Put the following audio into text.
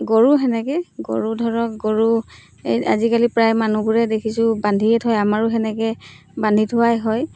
গৰু সেনেকৈয়ে গৰু ধৰক গৰু আজিকালি প্ৰায় মানুহবোৰে দেখিছোঁ বান্ধিয়ে থয় আমাৰো সেনেকৈ বান্ধি থোৱাই হয়